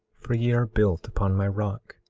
for ye are built upon my rock.